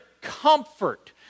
comfort